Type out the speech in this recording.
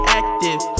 active